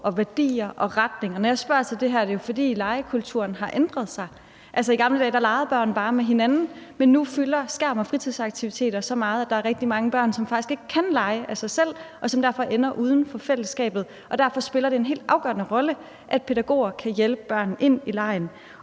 og retning. Og når jeg spørger til det her, er det jo, fordi legekulturen har ændret sig. Altså, i gamle dage legede børn bare med hinanden, men nu fylder skærm og fritidsaktiviteter så meget, at der er rigtig mange børn, som faktisk ikke kan lege af sig selv, og som derfor ender uden for fællesskabet. Derfor spiller det en helt afgørende rolle, at pædagoger kan hjælpe børn ind i legen.